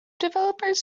developers